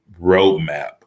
roadmap